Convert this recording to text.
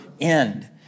end